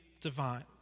divine